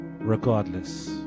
regardless